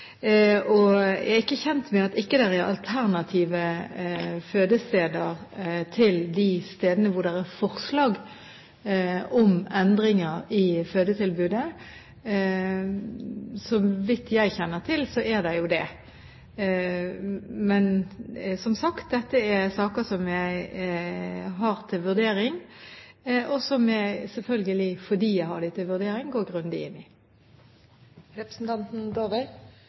ikke er alternative fødesteder de stedene der det er forslag om endringer i fødetilbudet. Så vidt jeg kjenner til, er det jo det. Men som sagt: Dette er saker som jeg har til vurdering, og som jeg selvfølgelig, fordi jeg har dem til vurdering, går grundig inn